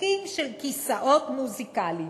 משחקים של כיסאות מוזיקליים,